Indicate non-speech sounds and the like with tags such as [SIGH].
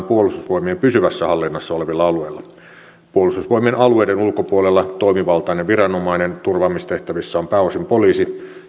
[UNINTELLIGIBLE] puolustusvoimien pysyvässä hallinnassa olevilla alueilla puolustusvoimien alueiden ulkopuolella toimivaltainen viranomainen turvaamistehtävissä on pääosin poliisi